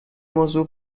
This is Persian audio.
موضوع